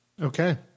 Okay